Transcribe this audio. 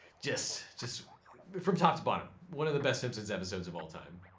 just, just from top to bottom, one of the best simpsons episodes of all time.